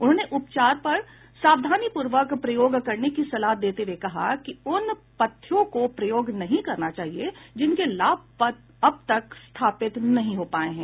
उन्होंने उपचार का सावधानीपूरक प्रयोग करने की सलाह देते हुए कहा कि उन पथ्यों को प्रयोग नहीं करना चाहिए जिनके लाभ अब तक स्थापित नहीं हो पाए हैं